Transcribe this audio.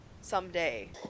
someday